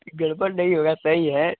कोई गड़बड़ नहीं हुआ सही है